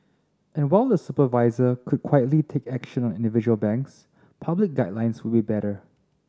and while the supervisor could quietly take action on individual banks public guidelines would be better